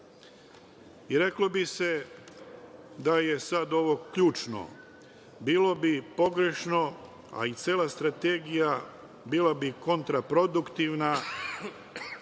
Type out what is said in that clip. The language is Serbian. plata. Reklo bi se da je ovo ključno. Bilo bi pogrešno, i cela strategija bi bila kontraproduktivna